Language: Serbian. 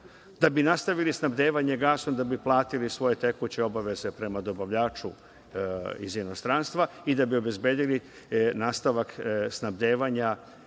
da bi nastavili snabdevanje gasom, da bi platili svoje tekuće obaveze prema dobavljaču iz inostranstva i da bi obezbedili nastavak snabdevanja